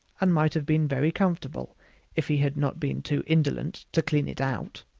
and might have been very comfortable if he had not been too indolent to clean it out.